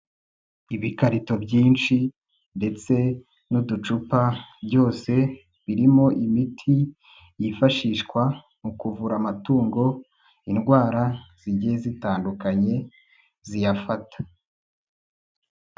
Ibikarito byinshi ndetse n'uducupa byose birimo imiti yifashishwa mu kuvura amatungo indwara zigiye zitandukanye ziyafata.